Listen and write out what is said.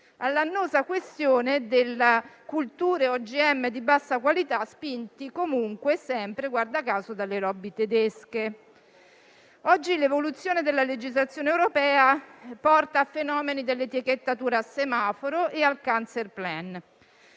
all'annosa questione delle colture OGM di bassa qualità, spinti comunque sempre - guarda caso - dalle *lobby* tedesche. Oggi l'evoluzione della legislazione europea porta ai fenomeni dell'etichettatura a semaforo e al *cancer plan*.